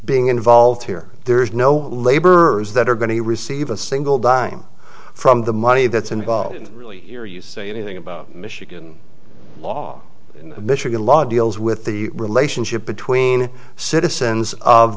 being involved here there is no laborers that are going to receive a single dime from the money that's involved and really hear you say anything about michigan law in michigan law deals with the relationship between citizens of